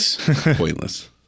Pointless